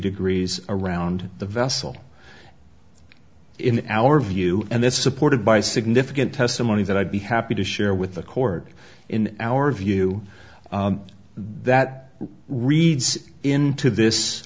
degrees around the vessel in our view and this is supported by significant testimony that i'd be happy to share with the court in our view that reads into this